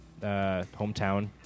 hometown